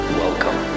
welcome